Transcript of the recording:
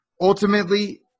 Ultimately